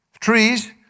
Trees